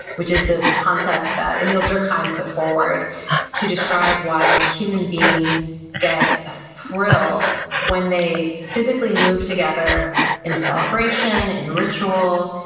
which is this concept that emile durkheim put forward to describe why human beings get a thrill when they physically move together in celebration, in ritual,